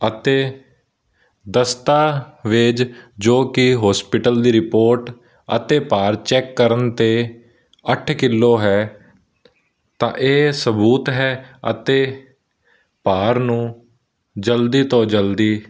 ਅਤੇ ਦਸਤਾਵੇਜ਼ ਜੋ ਕਿ ਹੋਸਪਿਟਲ ਦੀ ਰਿਪੋਰਟ ਅਤੇ ਭਾਰ ਚੈੱਕ ਕਰਨ 'ਤੇ ਅੱਠ ਕਿੱਲੋ ਹੈ ਤਾਂ ਇਹ ਸਬੂਤ ਹੈ ਅਤੇ ਭਾਰ ਨੂੰ ਜਲਦੀ ਤੋਂ ਜਲਦੀ